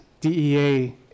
DEA